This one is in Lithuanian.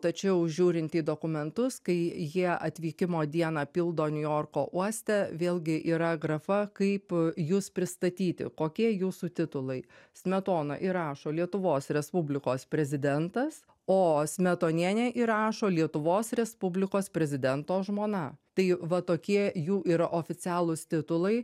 tačiau žiūrint į dokumentus kai jie atvykimo dieną pildo niujorko uoste vėlgi yra grafa kaip jūs pristatyti kokie jūsų titulai smetona ir rašo lietuvos respublikos prezidentas o smetonienė įrašo lietuvos respublikos prezidento žmona tai va tokie jų yra oficialūs titulai